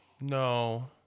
No